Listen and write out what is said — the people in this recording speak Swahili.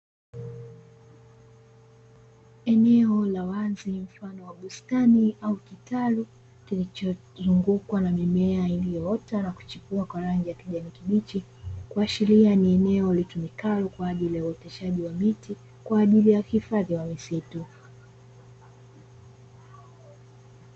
Eneo la wazi mfano wa bustani au kitalu kilichozungukwa na mimea iliyoota na kuchipua kwa rangi ya kijani kibichi, kuashiria ni eneo litumikalo kwa ajili ya uoteshaji wa miti kwa ajili ya uhifadhi wa misitu.